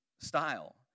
style